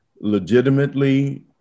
legitimately